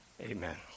amen